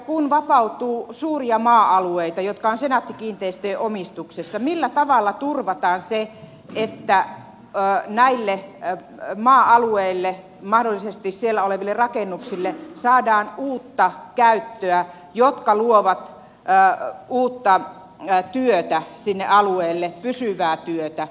kun vapautuu suuria maa alueita jotka ovat senaatti kiinteistöjen omistuksessa niin millä tavalla turvataan se että näille maa alueille mahdollisesti siellä oleville rakennuksille saadaan uutta käyttöä joka luo uutta työtä sinne alueelle pysyvää työtä